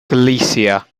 galicia